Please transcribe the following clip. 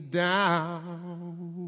down